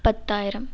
பத்தாயிரம்